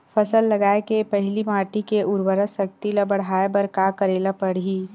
फसल लगाय के पहिली माटी के उरवरा शक्ति ल बढ़ाय बर का करेला पढ़ही?